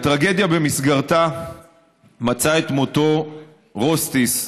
הטרגדיה שבמסגרתה מצא את מותו רוסטיס,